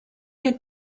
had